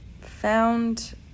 found